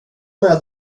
med